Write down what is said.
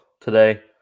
today